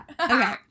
Okay